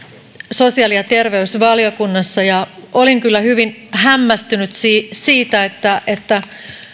sosiaali ja terveysvaliokunnassa ja olin kyllä hyvin hämmästynyt siitä että että